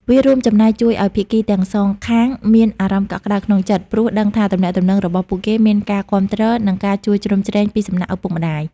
វារួមចំណែកជួយឱ្យភាគីទាំងសងខាងមានអារម្មណ៍កក់ក្ដៅក្នុងចិត្ត ព្រោះដឹងថាទំនាក់ទំនងរបស់ពួកគេមានការគាំទ្រ និងការជួយជ្រោមជ្រែងពីសំណាក់ឪពុកម្ដាយ។